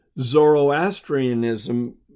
Zoroastrianism